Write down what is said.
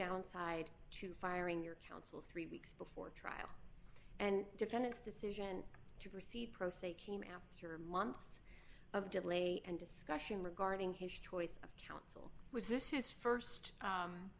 downside to firing your counsel three weeks before trial and defendant's decision to proceed pro se came after months of delay and discussion regarding his choice of counsel was this his